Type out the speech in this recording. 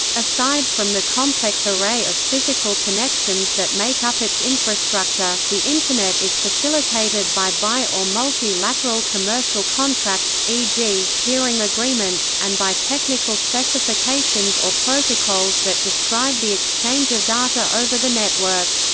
aside from the complex array of physical connections that make up its infrastructure, the internet is facilitated by bi or multi-lateral commercial contracts, e g, peering agreements, and by technical specifications or protocols that describe the exchange of data over the network.